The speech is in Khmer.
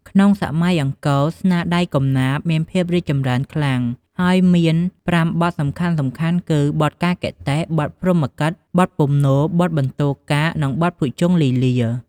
ក្នុងសម័យអង្គរ ស្នាដៃកំណាព្យមានភាពរីកចម្រើនខ្លាំង ហើយមាន ៥ បទសំខាន់ៗគឺ បទកាកគតិ, បទព្រហ្មគីតិ, បទពំនោល, បទបន្ទោកាក, និង បទភុជង្គលីលា។